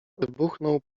wybuchnął